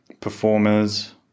performers